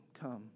come